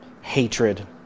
hatred